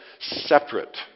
separate